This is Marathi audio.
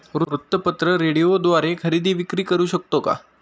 वृत्तपत्र, रेडिओद्वारे खरेदी विक्री करु शकतो का?